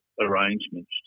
arrangements